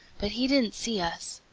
but he didn't see us.